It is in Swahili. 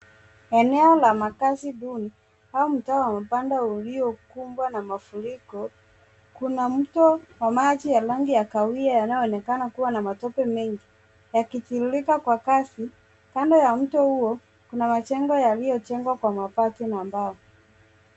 Eneo la makazi duni au mtaa wa mabanda uliokumbwa na mafuriko, kuna mto wa maji ya rangi ya kahawia yanayoonekana kuwa na matope mengi, yakitiririka kwa kasi. Kando ya mto huo, kuna majengo yaliyojengwa kwa mabati na mbao.